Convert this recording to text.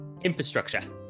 Infrastructure